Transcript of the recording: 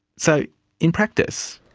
so in practice,